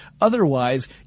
Otherwise